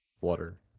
Water